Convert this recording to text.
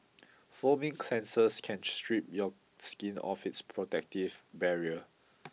foaming cleansers can strip your skin of its protective barrier